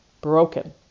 broken